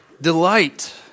delight